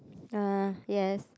uh yes